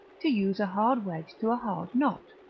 to use a hard wedge to a hard knot,